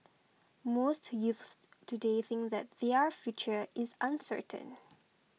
most youths today think that their future is uncertain